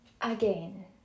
again